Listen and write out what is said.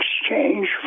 exchange